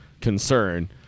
concern